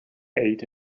ate